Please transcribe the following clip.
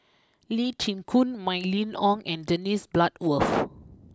Lee Chin Koon Mylene Ong and Dennis Bloodworth